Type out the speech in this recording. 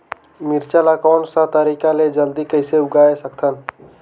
मिरचा ला कोन सा तरीका ले जल्दी कइसे उगाय सकथन?